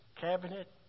cabinet